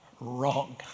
wrong